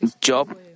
Job